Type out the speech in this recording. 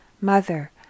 Mother